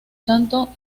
tanto